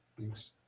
Thanks